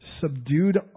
subdued